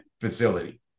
Facility